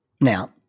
Now